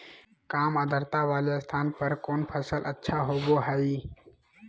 काम आद्रता वाले स्थान पर कौन फसल अच्छा होबो हाई?